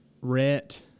rhett